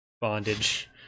bondage